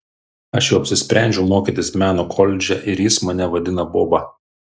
aš jau apsisprendžiau mokytis meno koledže ir jis mane vadina boba